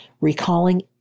recalling